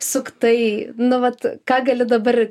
suktai nu vat ką gali dabar